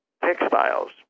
textiles